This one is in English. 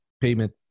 payment